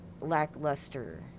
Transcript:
lackluster